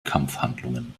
kampfhandlungen